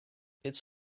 its